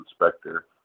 inspector